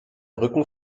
rücken